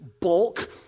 bulk